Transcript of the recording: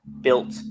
built